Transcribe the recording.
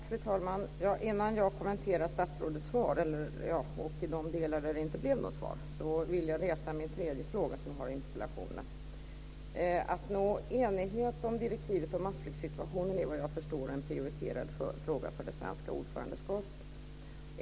Fru talman! Innan jag kommenterar statsrådets svar, och de delar där det inte blev något svar, vill jag ta upp min tredje fråga i interpellationen. Att nå enighet om direktivet om massflyktssituationer är, såvitt jag förstår, en prioriterad fråga för det svenska ordförandeskapet.